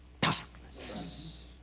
darkness